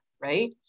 right